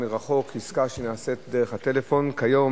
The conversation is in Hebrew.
כיום